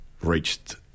reached